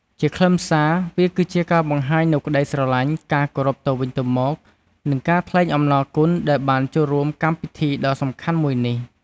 ជាខ្លឹមសារ វាគឺជាការបង្ហាញនូវក្តីស្រឡាញ់ ការគោរពទៅវិញទៅមក និងការថ្លែងអំណរគុណដែលបានចូលរួមកម្មពីធីដ៍សំខាន់មួយនេះ។